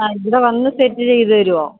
അ ഇവിടെ വന്ന് സെറ്റ് ചെയ്ത് തരുമോ